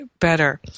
better